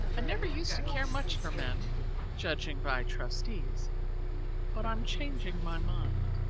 i never used to care much for men judging by trustees but i'm changing my mind.